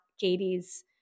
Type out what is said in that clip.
Katie's